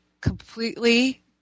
completely